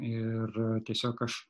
ir tiesiog aš